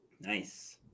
Nice